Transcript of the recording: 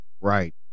Right